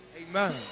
amen